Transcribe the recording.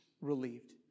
relieved